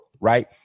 right